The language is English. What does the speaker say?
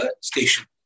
station